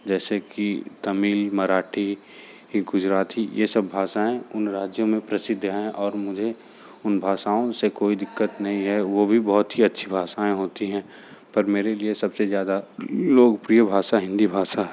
जैसे कि तमिल मराठी गुजराथी ये सब भाषाएँ उन राज्यों में प्रसिद्ध हैं और मुझे उन भाषाओं से कोई दिक्कत नहीं है वो भी बहुत ही अच्छी भाषाएँ होती हैं पर मेरे लिए सबसे ज़्यादा लोकप्रिय भासा हिंदी भाषा है